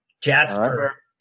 Jasper